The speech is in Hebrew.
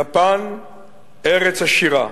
יפן ארץ עשירה.